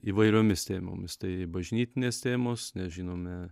įvairiomis tėmomis tai bažnytinės tėmos ne žinome